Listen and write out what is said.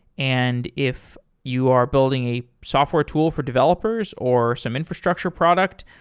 and if you are building a software tool for developers, or some infrastructure product,